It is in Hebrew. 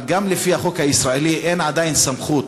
אבל גם לפי החוק הישראלי אין עדיין סמכות